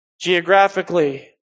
geographically